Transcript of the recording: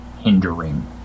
hindering